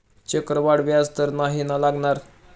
चक्रवाढ व्याज तर नाही ना लागणार?